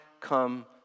come